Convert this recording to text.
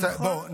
נכון?